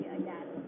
again